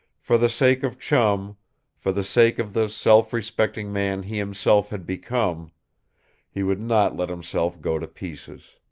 for the sake of chum for the sake of the self-respecting man he himself had become he would not let himself go to pieces.